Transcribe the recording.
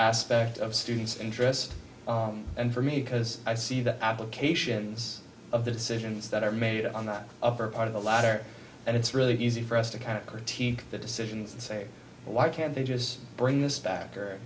aspect of students interest and for me because i see the applications of the decisions that are made on the upper part of the ladder and it's really easy for us to kind of critique the decisions and say well why can't they just bring this back or